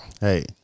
Hey